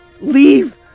Leave